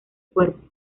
cuerpo